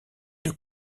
deux